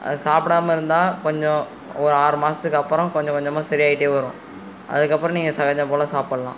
அதை சாப்பிடாம இருந்தால் கொஞ்சோம் ஒரு ஆறு மாதத்துக்கு அப்புறோம் கொஞ்சம் கொஞ்சமாக சரி ஆகிட்டே வரும் அதுக்கு அப்புறோம் நீங்கள் சகஜம் போல் சாப்டல்லாம்